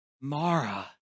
Mara